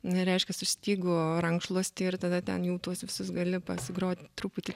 na reiškias už stygų rankšluostį ir tada ten jau tuos visus gali pasigroti truputį